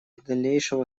дальнейшего